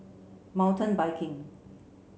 Mountain Biking